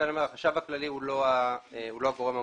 לכן אני אומר שהחשב הכללי הוא לא הגורם המוסמך.